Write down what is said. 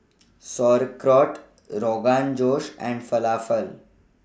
Sauerkraut Rogan Josh and Falafel